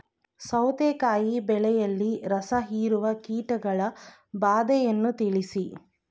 ಸೌತೆಕಾಯಿ ಬೆಳೆಯಲ್ಲಿ ರಸಹೀರುವ ಕೀಟಗಳ ಬಾಧೆಯನ್ನು ತಿಳಿಸಿ?